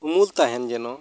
ᱩᱢᱩᱞ ᱛᱟᱦᱮᱱ ᱡᱮᱱᱚ